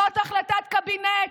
זאת החלטת קבינט.